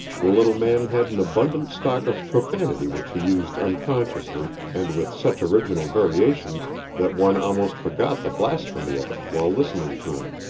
the little man had an abundant stock of profanity which he used unconsciously and with such original variations that one almost forgot the blasphemy of it while listening to him.